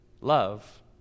Love